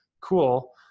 Cool